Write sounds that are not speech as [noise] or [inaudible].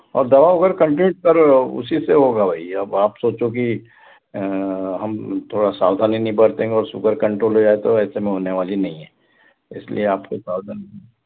और दवा वगैरह [unintelligible] कर लो उसी से होगा भई अब आप सोचो कि हम थोड़ा सावधानी नहीं बरतेंगे और शुगर कंट्रोल हो जाए तो ऐसे में होने वाली नहीं है इस इसलिए आपको सावधानी